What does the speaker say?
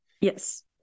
yes